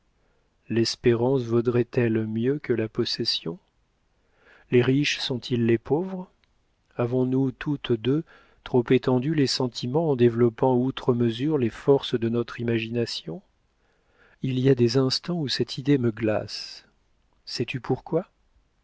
l'espérance vaudrait elle mieux que la possession les riches sont-ils les pauvres avons-nous toutes deux trop étendu les sentiments en développant outre mesure les forces de notre imagination il y a des instants où cette idée me glace sais-tu pourquoi